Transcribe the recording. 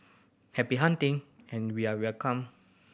happy hunting and we are welcome